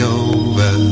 over